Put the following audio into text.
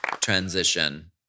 Transition